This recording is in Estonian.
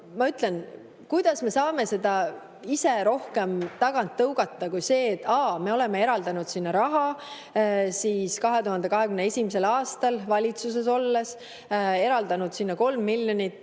Ma ütlen, kuidas me saame seda ise rohkem tagant tõugata, kui me oleme eraldanud sinna raha 2021. aastal valitsuses olles, eraldanud sinna 3 miljonit